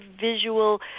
visual